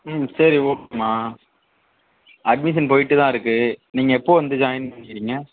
ம் சரி ஓகேமா அட்மிஷன் போயிட்டுதான் இருக்குது நீங்கள் எப்போது வந்து ஜாயின் பண்ணிக்கிறீங்க